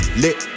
lit